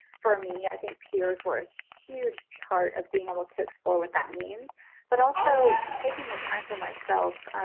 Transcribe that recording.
for me i think peers were a huge part of being able to explore what that means but also taking the time for myself.